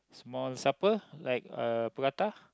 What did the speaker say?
small supper like uh prata